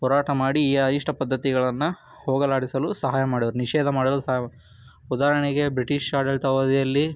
ಹೋರಾಟ ಮಾಡಿ ಈ ಅನಿಷ್ಟ ಪದ್ಧತಿಗಳನ್ನ ಹೋಗಲಾಡಿಸಲು ಸಹಾಯ ಮಾಡಿದರು ನಿಷೇಧ ಮಾಡಲು ಸಯ ಉದಾಹರಣೆಗೆ ಬ್ರಿಟಿಷ್ ಆಡಳಿತ ಅವಧಿಯಲ್ಲಿ